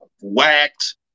whacked